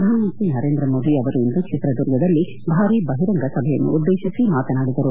ಪ್ರಧಾನಮಂತ್ರಿ ನರೇಂದ್ರ ಮೋದಿ ಅವರು ಇಂದು ಚಿತ್ರದುರ್ಗದಲ್ಲಿ ಭಾರೀ ಬಹಿರಂಗ ಸಭೆಯನ್ನುದ್ದೇಶಿಸಿ ಮಾತನಾಡಿದರು